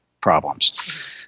problems